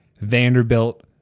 Vanderbilt